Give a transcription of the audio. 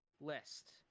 list